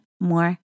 more